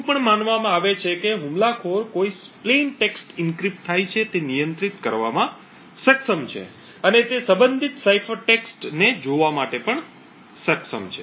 એવું પણ માનવામાં આવે છે કે હુમલાખોર કઈ સાદા ટેક્સ્ટ એન્ક્રિપ્ટ થાય છે તે નિયંત્રિત કરવામાં સક્ષમ છે અને તે સંબંધિત સાઇફર ટેક્સ્ટ ને જોવા માટે પણ સક્ષમ છે